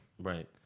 Right